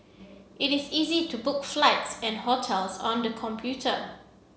it is easy to book flights and hotels on the computer